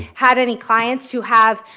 had any clients who have